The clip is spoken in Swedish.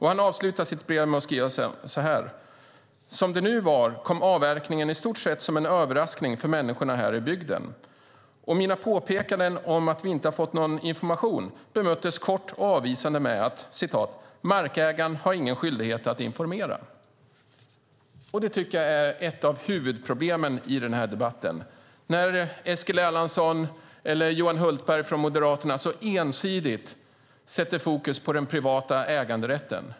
Han avslutar sitt brev med: "Som det nu var kom avverkningen i stort sett som en överraskning för människorna här i bygden. Mina påpekanden om att vi inte har fått någon information bemöttes kort och avvisande med 'markägaren har ingen skyldighet att informera'." Detta är ett av huvudproblemen i denna debatt. Eskil Erlandsson och moderaten Johan Hultberg sätter ensidigt fokus på den privata äganderätten.